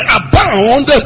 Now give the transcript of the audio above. abound